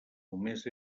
només